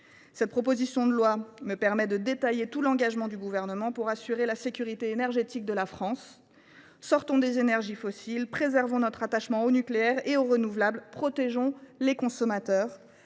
Cette proposition de loi me permet de détailler tout l’engagement du Gouvernement pour assurer la sécurité énergétique de la France. Sortons des énergies fossiles, préservons notre attachement au nucléaire et aux renouvelables, protégeons les consommateurs.